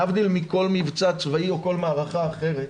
להבדיל מכל מבצע צבאי או כל מערכה אחרת,